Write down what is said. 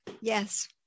Yes